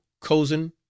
cozen